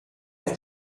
ist